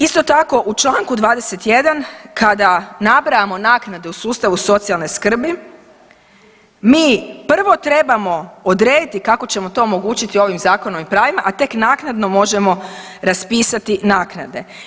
Isto tako u članku 21. kada nabrajamo naknade u sustavu socijalne skrbi mi prvo trebamo odrediti kako ćemo to omogućiti ovim zakonom i pravima, a tek naknadno možemo raspisati naknade.